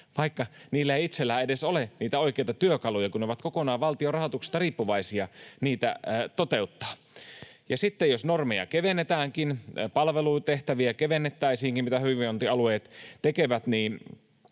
vaikka niillä ei itsellään edes ole oikeita työkaluja niitä toteuttaa, kun ne ovat kokonaan valtion rahoituksesta riippuvaisia. Ja sitten jos normeja kevennetäänkin, palvelutehtäviä kevennettäisiinkin, mitä hyvinvointialueet tekevät, mitä